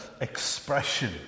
expression